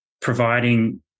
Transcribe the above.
providing